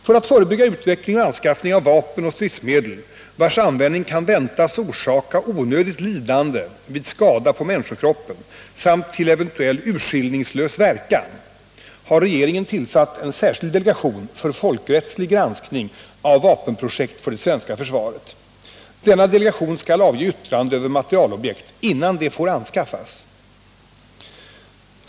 För att förebygga utveckling och anskaffning av vapen och stridsmedel, vars användning kan ”väntas orsaka onödigt lidande vid skada på människokroppen samt till eventuell urskillningslös verkan” , har regeringen tillsatt en särskild delegation för folkrättslig granskning av vapenprojekt för det svenska försvaret. Denna delegation skall avge yttrande över materielobjekt innan de får anskaffas.